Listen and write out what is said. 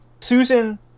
Susan